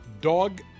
Dog